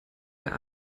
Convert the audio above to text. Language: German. mehr